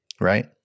right